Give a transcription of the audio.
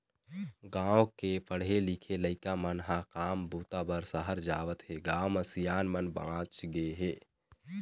गाँव के पढ़े लिखे लइका मन ह काम बूता बर सहर जावत हें, गाँव म सियान मन बाँच गे हे